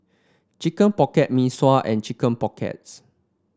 Chicken Pocket Mee Sua and Chicken Pockets